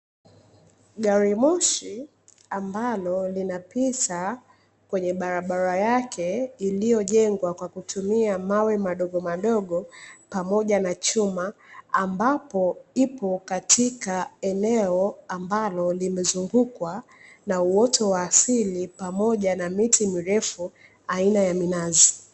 Gari moshi ambalo linapita kwenye barabara yake iliyojengwa kwa kutumia mawe madogo madogo pamoja na chuma, ambapo ipo katika eneo ambalo limezungukwa na uoto wa asili pamoja na miti mirefu aina ya minazi.